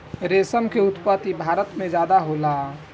रेशम के उत्पत्ति भारत में ज्यादे होला